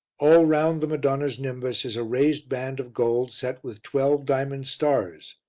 all round the madonna's nimbus is a raised band of gold set with twelve diamond stars,